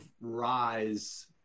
rise